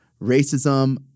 racism